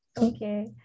Okay